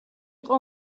იყო